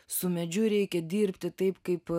su medžiu reikia dirbti taip kaip